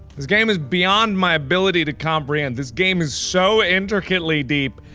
this game is beyond my ability to comprehend this game is so intricately deep.